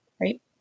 right